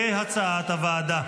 כהצעת הוועדה.